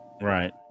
Right